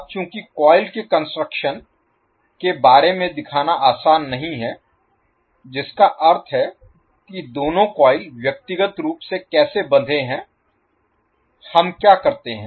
अब चूंकि कॉइल के कंस्ट्रक्शन Construction निर्माण के बारे में दिखाना आसान नहीं है जिसका अर्थ है कि दोनों कॉइल व्यक्तिगत रूप से कैसे बंधे हैं हम क्या करते हैं